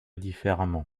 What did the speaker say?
différemment